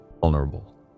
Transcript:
vulnerable